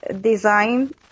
design